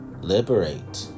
liberate